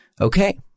Okay